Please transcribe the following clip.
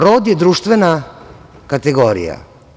Rod je društvena kategorija.